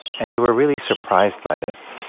and they were really surprised by this.